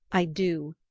i do,